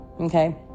Okay